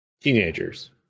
Teenagers